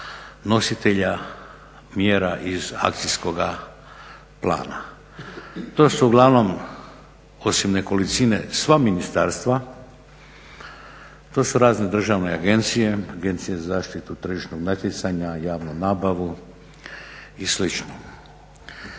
nositelja mjera iz akcijskoga plana. To su uglavnom osim nekolicine sva ministarstva, to su razne državne agencije, Agencije za zaštitu tržišnog natjecanja, javnu nabavu i